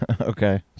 okay